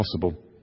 possible